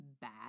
bad